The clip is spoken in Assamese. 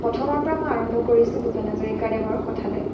প্ৰথমৰ পৰা মই আৰম্ভ কৰিছোঁ ভূপেন হাজৰিকাদেৱৰ কথালৈ